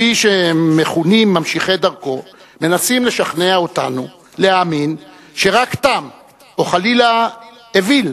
מי שמכונים ממשיכי דרכו מנסים לשכנע אותנו להאמין שרק תם או חלילה אוויל